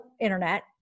internet